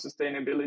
sustainability